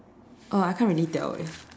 uh I can't really tell eh